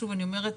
שוב אני אומרת,